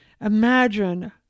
imagine